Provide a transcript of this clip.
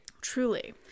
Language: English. Truly